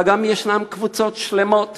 אלא גם יש קבוצות שלמות